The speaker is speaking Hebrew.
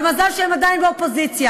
ומזל שהם עדיין באופוזיציה.